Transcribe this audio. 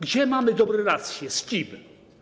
Gdzie mamy dobre relacje, z kim?